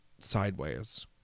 sideways